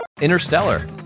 Interstellar